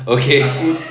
okay